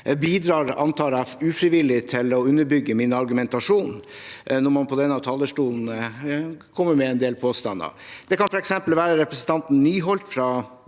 bidrar, jeg antar ufrivillig, til å underbygge min argumentasjon når man på denne talerstolen kommer med en del påstander. Det kan f.eks. være representanten Nyholt fra